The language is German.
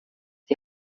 die